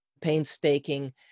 painstaking